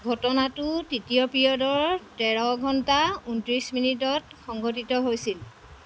ঘটনাটো তৃতীয় পিৰিয়ডৰ তেৰ ঘণ্টা ঊনত্ৰিছ মিনিটত সংঘটিত হৈছিল